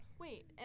Wait